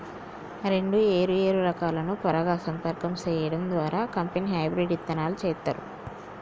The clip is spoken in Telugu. రెండు ఏరు ఏరు రకాలను పరాగ సంపర్కం సేయడం ద్వారా కంపెనీ హెబ్రిడ్ ఇత్తనాలు సేత్తారు